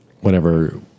whenever